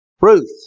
Ruth